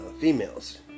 females